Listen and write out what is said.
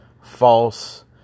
false